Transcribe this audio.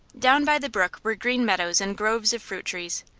down by the brook were green meadows and groves of fruit trees.